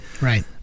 Right